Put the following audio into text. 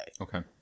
Okay